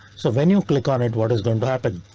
so when you click on it, what is going to happen?